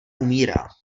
umírá